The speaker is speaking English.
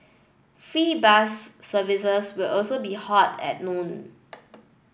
free bus services will also be halted at noon